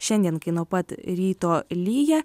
šiandien kai nuo pat ryto lyja